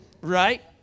Right